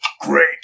great